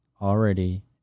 already